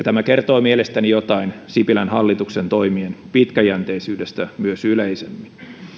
tämä kertoo mielestäni jotain sipilän hallituksen toimien pitkäjänteisyydestä myös yleisemmin